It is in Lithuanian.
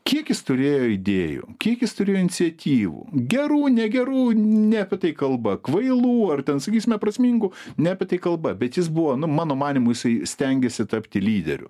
kiek jis turėjo idėjų kiek jis turėjo iniciatyvų gerų negerų ne apie tai kalba kvailų ar ten sakysime prasmingų ne apie tai kalba bet jis buvo nu mano manymu jisai stengėsi tapti lyderiu